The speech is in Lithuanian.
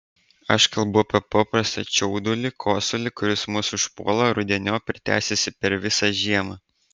aš kalbu apie paprastą čiaudulį kosulį kuris mus užpuola rudeniop ir tęsiasi per visą žiemą